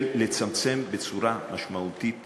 לצמצם בצורה משמעותית